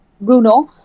Bruno